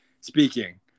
speaking